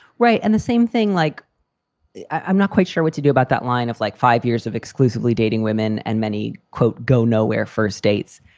right, and the same thing, like i'm not quite sure what to do about that line of like five years of exclusively dating women and many, quote, go nowhere. first dates.